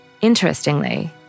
Interestingly